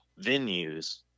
venues